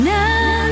Now